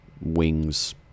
wings